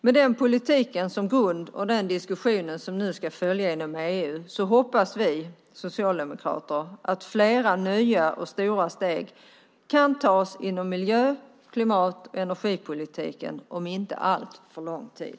Med den politiken som grund, liksom den diskussion som nu ska följa inom EU, hoppas vi socialdemokrater att flera nya och stora steg kan tas inom miljö-, klimat och energipolitiken inom inte alltför lång tid.